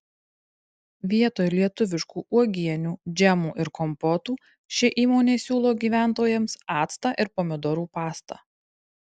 vietoj lietuviškų uogienių džemų ir kompotų ši įmonė siūlo gyventojams actą ir pomidorų pastą